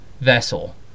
vessel